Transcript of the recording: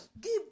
give